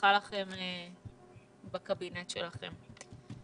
ובהצלחה בקבינט שלכם.